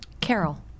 Carol